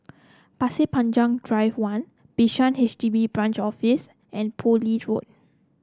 Pasir Panjang Drive One Bishan H D B Branch Office and Poole Road